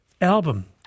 album